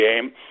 game